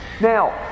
Now